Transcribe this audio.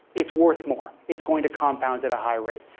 it's worth more. it's going to compound at a high rate.